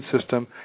system